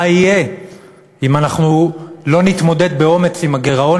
מה יהיה אם אנחנו לא נתמודד באומץ עם הגירעון